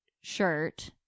shirt